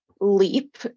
LEAP